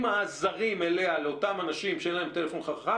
העזרים אליה לאותם אנשים שאין להם טלפון חכם,